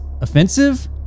offensive